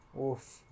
Oof